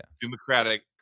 Democratic